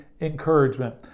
Encouragement